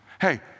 Hey